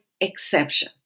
exception